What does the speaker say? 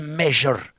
measure